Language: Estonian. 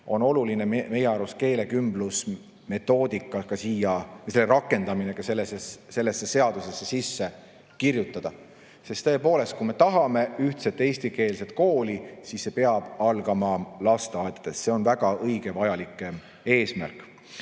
oluline keelekümbluse metoodika ja selle rakendamine sellesse seadusesse sisse kirjutada. Sest tõepoolest, kui me tahame ühtset eestikeelset kooli, siis see peab algama lasteaedadest. See on väga õige ja vajalik eesmärk.